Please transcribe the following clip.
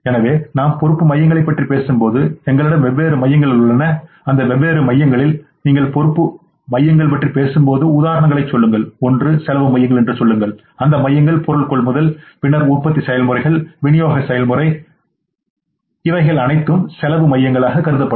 எனவே நாம் இங்கு பொறுப்பு மையங்களைப் பற்றி பேசும்போது எங்களிடம் வெவ்வேறு மையங்கள் உள்ளன அந்த வெவ்வேறு மையங்களில் நீங்கள் பொறுப்பு மையங்களைப் பற்றி பேசும்போது உதாரணமாகச் சொல்லுங்கள் ஒன்று செலவு மையங்கள் என்று சொல்லுங்கள் அந்த மையங்கள் பொருள் கொள்முதல் பின்னர் உற்பத்தி செயல்முறைகள் விநியோக செயல்முறைஅவைஅனைத்தும் செலவு மையங்கள் ஆகும்